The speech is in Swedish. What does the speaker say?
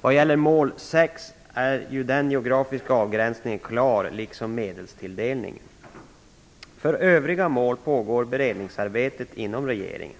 Vad gäller mål 6 är ju den geografiska avgränsningen klar liksom medelstilldelningen. För övriga mål pågår beredningsarbetet inom regeringen.